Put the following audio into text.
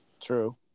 True